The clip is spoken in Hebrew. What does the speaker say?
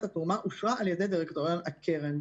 התרומה אושרה על ידי דירקטוריון הקרן".